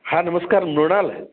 हां नमस्कार मृणाल